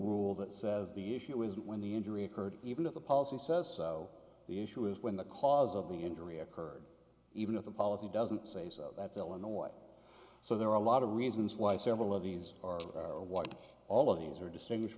rule that says the issue isn't when the injury occurred even if the policy says so the issue is when the cause of the injury occurred even if the policy doesn't say so that's illinois so there are a lot of reasons why several of these are what all of these are distinguish